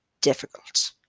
difficult